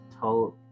told